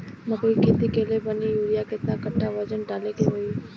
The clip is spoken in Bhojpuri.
मकई के खेती कैले बनी यूरिया केतना कट्ठावजन डाले के होई?